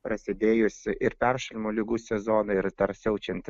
prasidėjus ir peršalimo ligų sezonui ir dar siaučiant